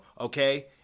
Okay